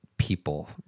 People